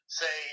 say